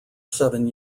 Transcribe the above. seven